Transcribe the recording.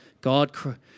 God